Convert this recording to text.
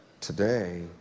today